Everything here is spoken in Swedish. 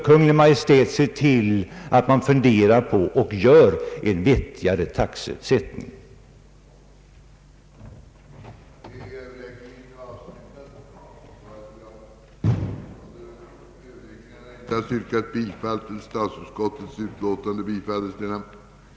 Kungl. Maj:t bör se till att en vettigare taxesättning görs.